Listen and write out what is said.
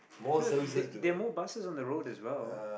no there there more buses on the road as well